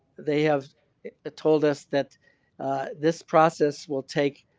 they have ah told us that this process will take